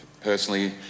personally